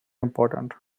important